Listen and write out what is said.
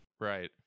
Right